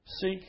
seek